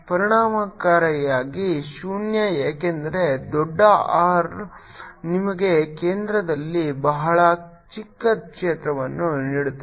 ಪರಿಣಾಮಕಾರಿಯಾಗಿ ಶೂನ್ಯ ಏಕೆಂದರೆ ದೊಡ್ಡ R ನಿಮಗೆ ಕೇಂದ್ರದಲ್ಲಿ ಬಹಳ ಚಿಕ್ಕ ಕ್ಷೇತ್ರವನ್ನು ನೀಡುತ್ತದೆ